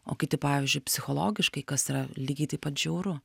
o kiti pavyzdžiui psichologiškai kas yra lygiai taip pat žiauru